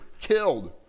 killed